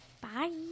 Bye